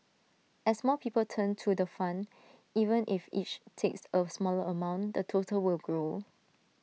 as more people turn to the fund even if each takes A smaller amount the total will grow